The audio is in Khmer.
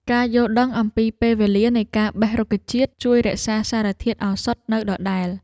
ការយល់ដឹងអំពីពេលវេលានៃការបេះរុក្ខជាតិ ជួយរក្សាសារធាតុឱសថឱ្យនៅដដែល។